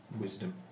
wisdom